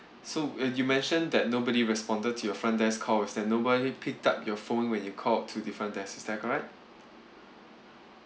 so uh you mentioned that nobody responded to your front desk call is that nobody picked up your phone when you called two different times is that correct